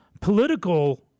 political